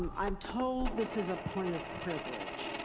um i'm told this is a point of privilege.